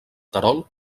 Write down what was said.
terol